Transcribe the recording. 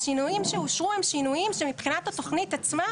השינויים שאושרו הם שינויים שמבחינת התוכנית עצמה,